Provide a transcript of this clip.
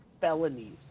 Felonies